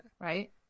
right